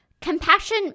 compassion